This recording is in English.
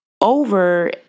over